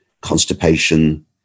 constipation